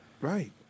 Right